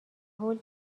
هول